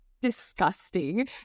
disgusting